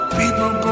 people